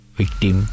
victim